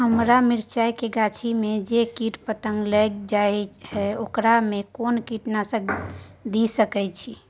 हमरा मिर्चाय के गाछी में जे कीट पतंग लैग जाय है ओकरा में कोन कीटनासक दिय सकै छी?